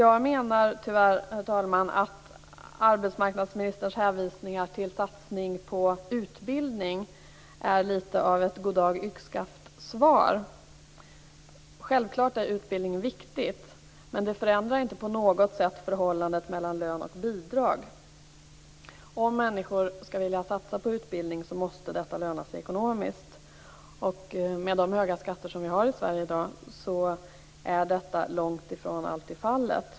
Jag menar tyvärr att arbetsmarknadsministerns hänvisningar till satsning på utbildning är litet av goddag-yxskaft. Utbildning är självfallet viktig. Men det förändrar inte på något sätt förhållandet mellan lön och bidrag. Om människor skall vilja satsa på utbildning måste det löna sig ekonomiskt. Med de höga skatter som vi har i Sverige i dag är detta långt ifrån alltid fallet.